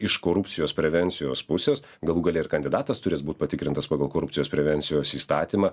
iš korupcijos prevencijos pusės galų gale ir kandidatas turės būt patikrintas pagal korupcijos prevencijos įstatymą